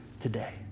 today